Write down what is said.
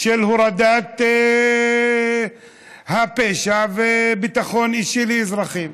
של הורדת הפשע ומתן ביטחון אישי לאזרחים.